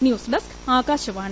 news desk Akashvani